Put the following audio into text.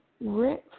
rent